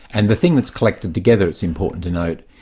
and the thing that's collected together it's important to note,